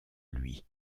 lui